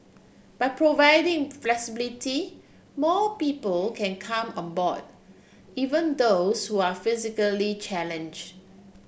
by providing flexibility more people can come on board even those who are physically challenge